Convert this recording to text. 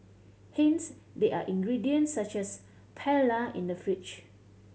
hence there are ingredients such as paella in the fridge